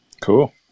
Cool